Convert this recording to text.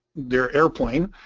their airplane,